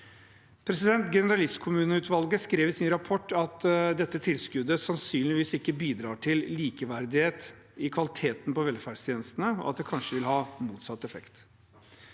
i skolen. Generalistkommuneutvalget skrev i sin rapport at dette tilskuddet sannsynligvis ikke bidrar til likeverdighet i kvaliteten på velferdstjenestene, og at det kanskje vil ha motsatt effekt.